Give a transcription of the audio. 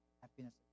happiness